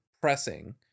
pressing